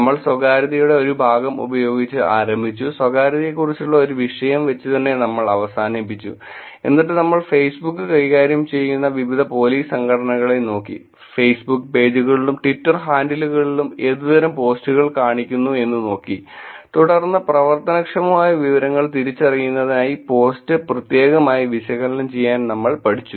നമ്മൾ സ്വകാര്യതയുടെ ഒരു ഭാഗം ഉപയോഗിച്ച് ആരംഭിച്ചു സ്വകാര്യതയെക്കുറിച്ചുള്ള ഒരു വിഷയം വെച്ചുതന്നെ നമ്മൾ അവസാനിപ്പിച്ചു എന്നിട്ട് നമ്മൾ ഫേസ്ബുക് കൈകാര്യം ചെയ്യുന്ന വിവിധ പോലീസ് സംഘടനകളെ നോക്കി ഫെയ്സ്ബുക്ക് പേജുകളിലും ട്വിറ്റർ ഹാൻഡിലുകളിലും ഏതുതരം പോസ്റ്റുകൾ കാണിക്കുന്നു എന്ന് നോക്കി തുടർന്ന് പ്രവർത്തനക്ഷമമായ വിവരങ്ങൾ തിരിച്ചറിയുന്നതിനായി പോസ്റ്റ് പ്രത്യേകമായി വിശകലനം ചെയ്യാൻ നമ്മൾ പഠിച്ചു